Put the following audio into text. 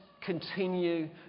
continue